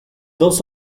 dos